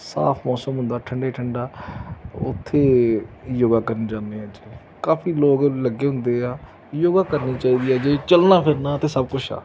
ਸਾਫ਼ ਮੌਸਮ ਹੁੰਦਾ ਠੰਡੇ ਠੰਡੇ ਉੱਥੇ ਯੋਗਾ ਕਰਨ ਜਾਂਦੇ ਹਾਂ ਜੀ ਕਾਫ਼ੀ ਲੋਕ ਲੱਗੇ ਹੁੰਦੇ ਆ ਯੋਗਾ ਕਰਨੀ ਚਾਹੀਦੀ ਆ ਜੇ ਚੱਲਣਾ ਫਿਰਨਾ ਤਾਂ ਸਭ ਕੁਛ ਆ